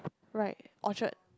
right Orchard